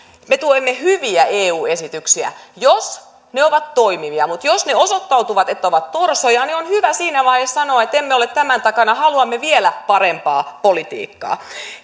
me tuemme hyviä eu esityksiä jos ne ovat toimivia mutta jos osoittautuu että ne ovat torsoja niin on hyvä siinä vaiheessa sanoa että emme ole tämän takana haluamme vielä parempaa politiikkaa